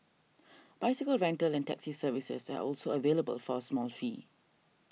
bicycle rental and taxi services are also available for a small fee